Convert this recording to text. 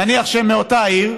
נניח שהם מאותה עיר,